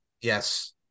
Yes